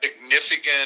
significant